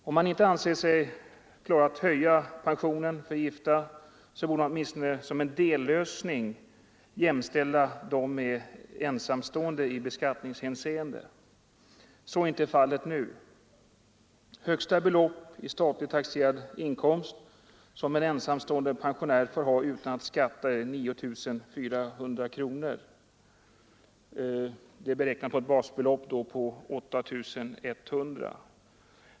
Om man inte anser sig klara en höjning av pensionen för gifta, så borde man åtminstone som en dellösning låta dem vara jämställda med ensamstående i beskattningshänseende. Så är inte fallet nu. Högsta belopp i statligt taxerad inkomst som en ensamstående pensionär får ha utan att skatta är 9 400 kronor. Detta är beräknat på ett basbelopp av 8 100 kronor.